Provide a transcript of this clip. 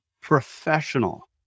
professional